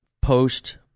post